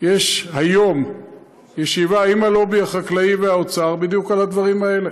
יש היום ישיבה עם הלובי החקלאי והאוצר בדיוק על הדברים האלה,